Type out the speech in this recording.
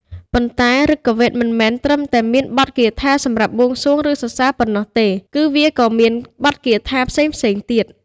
ប៉ុន្តែ ឫគវេទមិនមែនត្រឹមតែមានបទគាថាសម្រាប់បួងសួង ឬសរសើរប៉ុណ្ណោះទេ គឺវាក៏មាន បទគាថាផ្សេងៗទៀត។